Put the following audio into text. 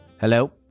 Hello